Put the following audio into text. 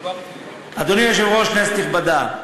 אדוני היושב-ראש, כנסת נכבדה,